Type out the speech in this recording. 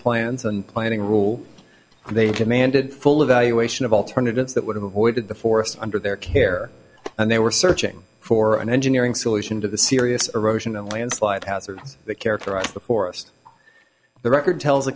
plans and planning rule they demanded full evaluation of alternatives that would have avoided the forest under their care and they were searching for an engineering solution to the serious erosion a landslide hazard that characterized the forest the record tells a